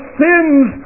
sins